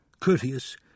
courteous